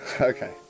Okay